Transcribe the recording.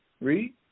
Read